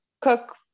cook